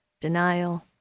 denial